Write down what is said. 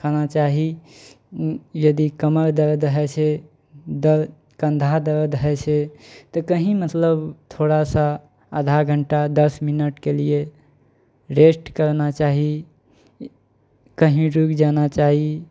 खाना चाही यदि कमर दर्द हइ छै दर्द कन्धा दर्द होइ छै तऽ कहीं मतलब थोड़ा सा आधा घण्टा दस मिनटके लिये रेस्ट करना चाही कहीं रुकि जाना चाही